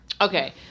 Okay